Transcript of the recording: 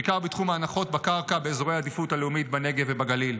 בעיקר בתחום ההנחות בקרקע באזורי העדיפות הלאומית באזורי הנגב והגליל.